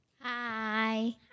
Hi